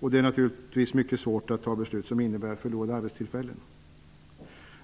och det är naturligtvis mycket svårt att fatta beslut som innebär förlorade arbetstillfällen.